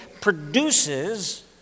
produces